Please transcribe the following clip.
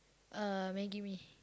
uh Maggi mee